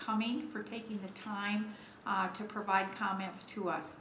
coming for taking the time to provide comments to us